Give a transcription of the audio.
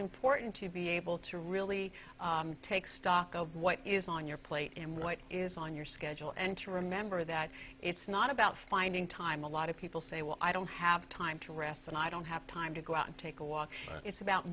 important to be able to really take stock of what is on your plate and what is on your schedule and to remember that it's not about finding time a lot of people say well i don't have time to rest and i don't have time to go out and take a walk it's about